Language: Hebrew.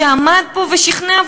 שעמד פה ושכנע,